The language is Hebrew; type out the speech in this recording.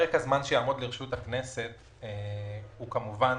פרק הזמן שיעמוד לרשות הכנסת הוא שבועיים.